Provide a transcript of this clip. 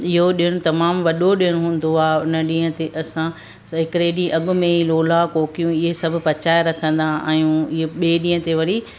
इहो ॾिणु तमामु वॾो ॾिणु हूंदो आहे उन ॾींहं ते असां हिकिड़े ॾींहुं अॻु में ई लोला कोकियूं इहे सभु पचाए रखंदा आहियूं ईअं ॿिए ॾींहं ते वरी